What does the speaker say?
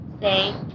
Say